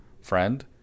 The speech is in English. friend